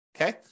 okay